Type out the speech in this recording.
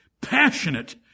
passionate